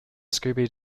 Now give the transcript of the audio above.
scooby